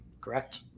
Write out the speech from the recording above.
correct